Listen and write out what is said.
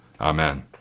Amen